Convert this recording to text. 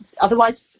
otherwise